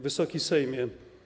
Wysoki Sejmie!